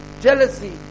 jealousy